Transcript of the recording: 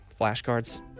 Flashcards